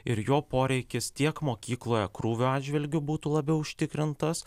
ir jo poreikis tiek mokykloje krūvio atžvilgiu būtų labiau užtikrintas